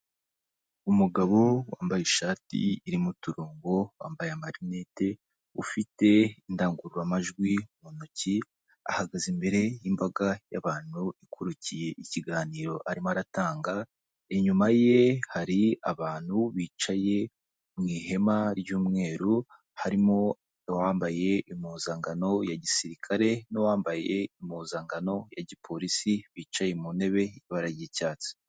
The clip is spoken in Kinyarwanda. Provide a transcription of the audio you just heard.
Umugabo wambaye ishati irimo uturongo wambaye amarinete ufite indangururamajwi mu ntoki ahagaze imbere y'imbaga y'abantu ikurikiye ikiganiro arimo aratanga, inyuma ye hari abantu bicaye mu ihema ry'umweru harimo uwambaye impuzankano ya gisirikare, n'uwambaye impuzankano ya gipolisi bicaye mu ntebe y'ibara ry'icyatsi.